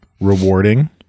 rewarding